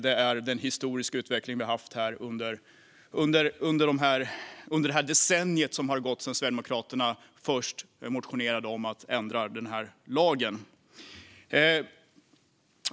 Det är denna historiska utveckling vi har haft under det decennium som har gått sedan Sverigedemokraterna först motionerade om att ändra den här lagen.